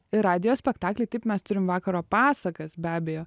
ir radijo spektakliai taip mes turim vakaro pasakas be abejo